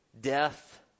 death